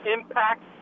impact